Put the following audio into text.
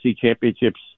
championships